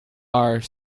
are